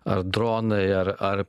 ar dronai ar ar